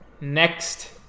Next